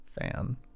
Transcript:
fan